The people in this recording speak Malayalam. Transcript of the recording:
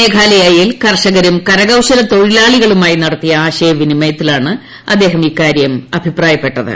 മേഘാലയയിൽ കർഷകരും കരകൌശല തൊഴിലാളികളുമായി നടത്തിയ ആശയ വിനിമയത്തിലാണ് അദ്ദേഹം ഇക്കാര്യം അഭിപ്രായപ്പെട്ടത്